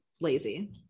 lazy